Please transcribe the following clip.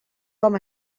com